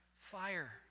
fire